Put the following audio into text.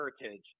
heritage